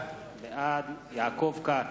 בעד יעקב כץ,